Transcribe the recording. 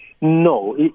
No